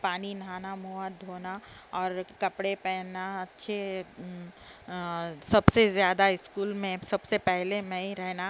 پانی نہانا منہ ہاتھ دھونا اور کپڑے پہننا اچھے سب سے زیادہ اسکول میں سب سے پہلے میں ہی رہنا